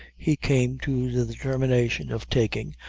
he came to the determination of taking,